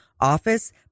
office